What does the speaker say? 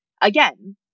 again